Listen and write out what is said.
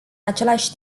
același